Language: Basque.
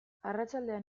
arratsaldean